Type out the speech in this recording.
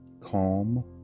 calm